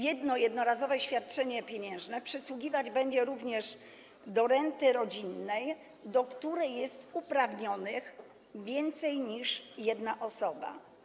Jedno jednorazowe świadczenie pieniężne będzie przysługiwać również do renty rodzinnej, do której jest uprawniona więcej niż jedna osoba.